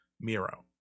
Miro